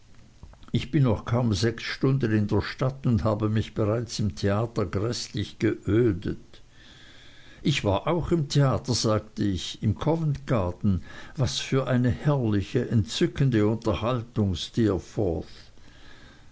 ich bin noch kaum sechs stunden in der stadt und habe mich bereits im theater gräßlich geödet ich war auch im theater sagte ich im covent garden was für eine herrliche entzückende